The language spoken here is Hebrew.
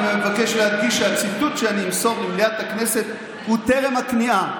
אני מבקש להדגיש שהציטוט שאני אמסור למליאת הכנסת הוא טרם הכניעה,